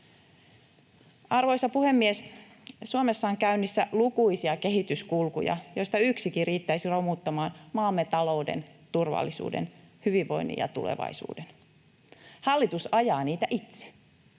Arvoisa puhemies! Suomessa on käynnissä lukuisia kehityskulkuja, joista yksikin riittäisi romuttamaan maamme talouden, turvallisuuden, hyvinvoinnin ja tulevaisuuden. Hallitus ajaa niitä itse: